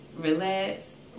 relax